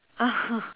(uh huh)